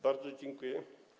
Bardzo dziękuję.